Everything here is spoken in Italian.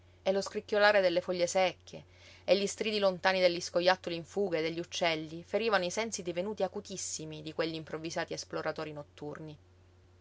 e lo scricchiolare delle foglie secche e gli stridi lontani degli scojattoli in fuga e degli uccelli ferivano i sensi divenuti acutissimi di quegli improvvisati esploratori notturni